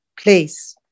place